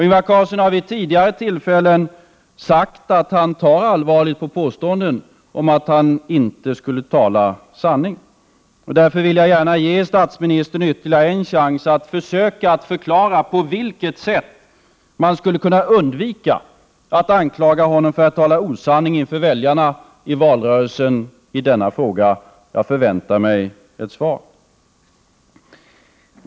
Ingvar Carlsson har vid tidigare tillfällen sagt att han tar allvarligt på påståenden om att han inte skulle tala sanning. Därför vill jag gärna ge statsministern ytterligare en chans att försöka att förklara på vilket sätt man skulle kunna undvika att anklaga honom för att tala osanning inför väljarna i valrörelsen i denna fråga. Jag förväntar mig ett svar.